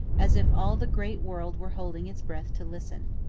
as if all the great world were holding its breath to listen.